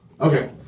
Okay